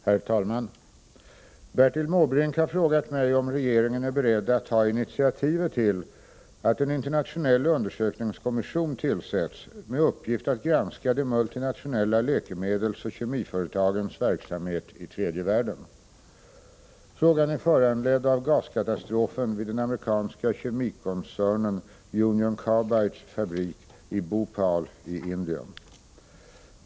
Herr talman! Bertil Måbrink har frågat mig om regeringen är beredd att ta initiativet till att en internationell undersökningskommission tillsätts med uppgift att granska de multinationella läkemedelsoch kemiföretagens verksamhet i tredje världen. Frågan är föranledd av gaskatastrofen vid den amerikanska kemikoncernen Union Carbides fabrik i Bhopal i Indien.